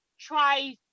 try